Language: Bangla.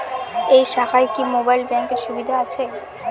এই শাখায় কি মোবাইল ব্যাঙ্কের সুবিধা আছে?